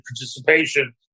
participation